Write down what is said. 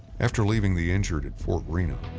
after leaving the injured at fort reno,